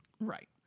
Right